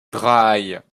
drei